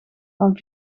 van